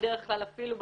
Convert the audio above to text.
בדרך כלל אפילו,